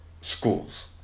schools